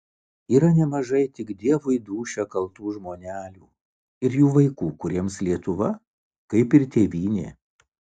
yra nemažai tik dievui dūšią kaltų žmonelių ir jų vaikų kuriems lietuva kaip ir tėvynė